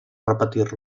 repetir